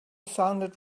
sounded